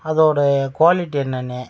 அதோட குவாலிட்டி என்னென்னு